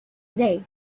day